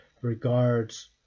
regards